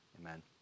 Amen